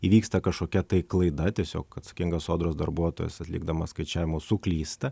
įvyksta kažkokia tai klaida tiesiog atsakingas sodros darbuotojas atlikdamas skaičiavimus suklysta